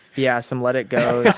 yeah, some let it go, yeah